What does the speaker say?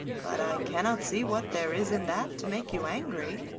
but i cannot see what there is in that to make you angry.